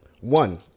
One